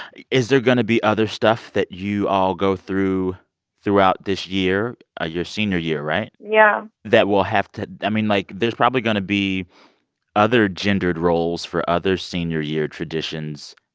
is there going to be other stuff that you all go through throughout this year ah your senior year, right? yeah that will have to i mean, like, there's probably going to be other gendered roles for other senior year traditions,